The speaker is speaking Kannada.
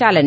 ಚಾಲನೆ